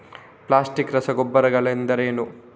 Plastic ರಸಗೊಬ್ಬರಗಳೆಂದರೇನು?